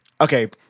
Okay